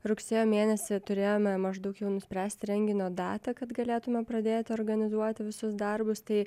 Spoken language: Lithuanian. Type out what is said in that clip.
rugsėjo mėnesį turėjome maždaug jau nuspręsti renginio datą kad galėtume pradėti organizuoti visus darbus tai